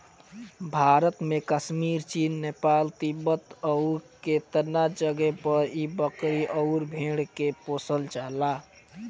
भारत में कश्मीर, चीन, नेपाल, तिब्बत अउरु केतना जगे पर इ बकरी अउर भेड़ के पोसल जाला